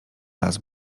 las